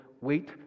wait